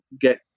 get